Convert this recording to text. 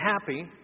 happy